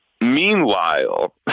Meanwhile